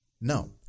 No